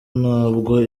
ntabwo